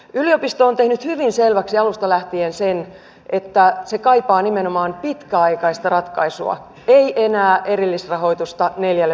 yliopisto on tehnyt hyvin selväksi alusta lähtien sen että se kaipaa nimenomaan pitkäaikaista ratkaisua ei enää erillisrahoitusta neljälle vuodelle